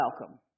welcome